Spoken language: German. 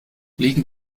liegen